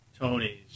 Tonys